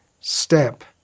step